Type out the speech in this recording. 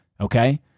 Okay